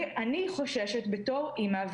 אני חוששת בתור אימא,